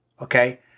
okay